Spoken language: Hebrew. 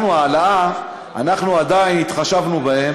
אנחנו התחשבנו בקיבוצניקים,